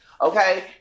okay